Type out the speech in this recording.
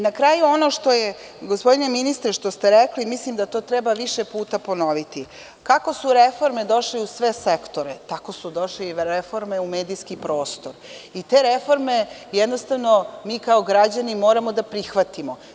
Na kraju ono što je, gospodine ministre, ono što ste rekli da to treba više puta ponoviti, kako su reforme došle u sve sektore tako su došle i reforme u medijski prostor i te reforme jednostavno mi kao građani moramo da prihvatimo.